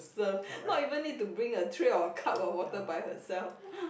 serve no even need to bring the tray or cup or water by herself